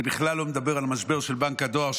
אני בכלל לא מדבר על המשבר של בנק הדואר,